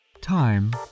Time